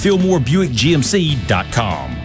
FillmoreBuickGMC.com